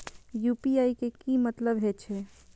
UPI के की मतलब हे छे?